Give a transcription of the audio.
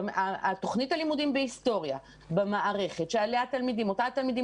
תוכנית הלימודים בהיסטוריה במערכת שאותה התלמידים